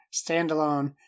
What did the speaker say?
standalone